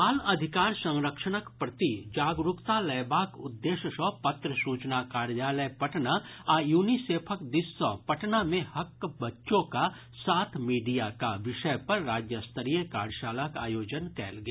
बाल अधिकार संरक्षणक प्रति जागरूकता लयबाक उद्देश्य सँ पत्र सूचना कार्यालय पटना आ यूनिसेफक दिस सँ पटना मे हक बच्चों का साथ मीडिया का विषय पर राज्यस्तरीय कार्यशालाक आयोजन कयल गेल